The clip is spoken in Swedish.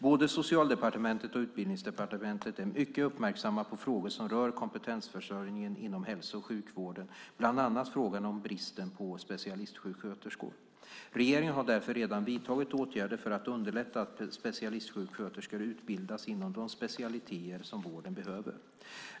Både Socialdepartementet och Utbildningsdepartementet är mycket uppmärksamma på frågor som rör kompetensförsörjningen inom hälso och sjukvården, bland annat frågan om bristen på specialistsjuksköterskor. Regeringen har därför redan vidtagit åtgärder för att underlätta att specialistsjuksköterskor utbildas inom de specialiteter som vården behöver.